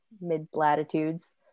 mid-latitudes